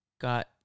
got